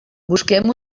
busquem